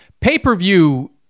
pay-per-view